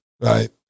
Right